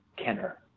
Kenner